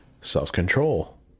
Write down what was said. Self-control